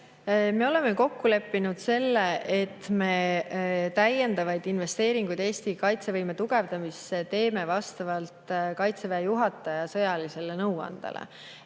Me oleme kokku leppinud selle, et täiendavaid investeeringuid Eesti kaitsevõime tugevdamisse me teeme vastavalt Kaitseväe juhataja sõjalisele nõuandele.